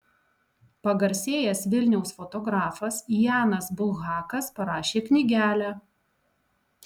pagarsėjęs vilniaus fotografas janas bulhakas parašė knygelę